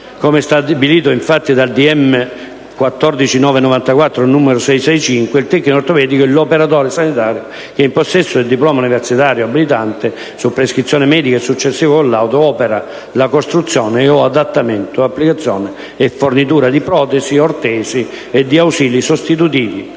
ministeriale n. 665 del 14 settembre 1994, il tecnico ortopedico è l'operatore sanitario che, in possesso del diploma universitario abilitante, su prescrizione medica e successivo collaudo, opera la costruzione e/o l'adattamento, l'applicazione e la fornitura di protesi, di ortesi e di ausili sostitutivi,